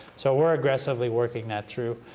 so we're aggressively working that through.